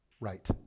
right